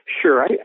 Sure